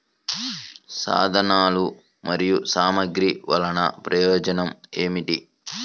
సాధనాలు మరియు సామగ్రి వల్లన ప్రయోజనం ఏమిటీ?